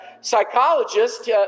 psychologist